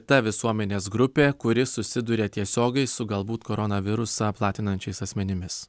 ta visuomenės grupė kuri susiduria tiesiogiai su galbūt korona virusą platinančiais asmenimis